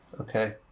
Okay